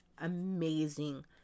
amazing